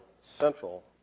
central